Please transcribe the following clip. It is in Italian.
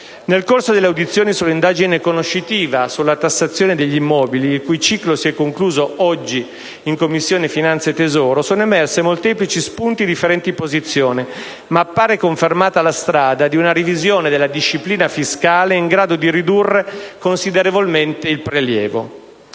nel corso delle audizioni dell'indagine conoscitiva sulla tassazione degli immobili, il cui ciclo si è concluso oggi in Commissione finanze e tesoro, sono emersi molteplici spunti e differenti posizioni, ma appare confermata la strada di una revisione della disciplina fiscale in grado di ridurre considerevolmente il prelievo.